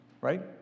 Right